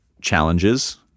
challenges